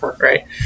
Right